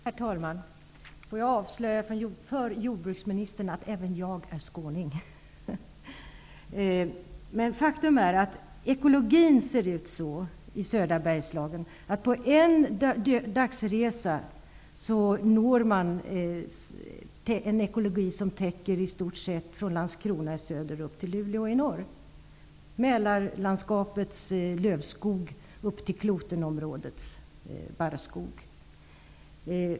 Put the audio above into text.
Herr talman! Får jag avslöja för jordbruksministern att även jag är skåning. Under en dagsresa i södra Bergslagen kan man faktiskt nå en ekologi som täcker i stort sett allt som finns inom området mellan Landskrona i söder och Luleå i norr. Jag tänker på t.ex. Mälarlandskapets lövskog och Klotenområdets barrskog.